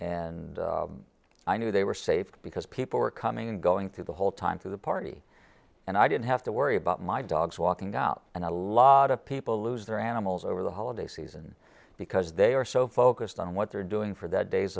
and i knew they were saved because people were coming and going through the whole time for the party and i didn't have to worry about my dogs walking out and a lot of people lose their animals over the holiday season because they are so focused on what they're doing for the day's